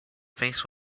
face